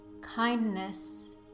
kindness